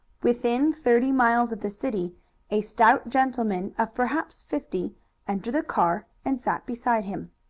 within thirty miles of the city a stout gentleman of perhaps fifty entered the car and sat beside him.